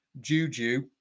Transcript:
Juju